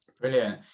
Brilliant